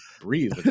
breathe